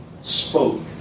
spoke